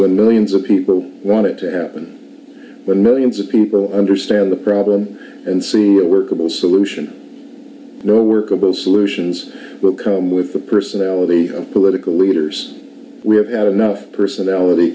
when millions of people want it to happen when millions of people understand the problem and see it workable solution no workable solutions will come with the personality of political leaders we have had enough personality